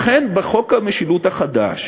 לכן, בחוק המשילות החדש